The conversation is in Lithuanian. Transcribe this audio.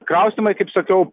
kraustymai kaip sakiau